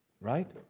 right